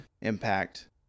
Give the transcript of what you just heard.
Impact